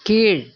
கீழ்